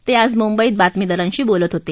ते आज मुंबईत बातमीदारांशी बोलत होते